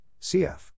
cf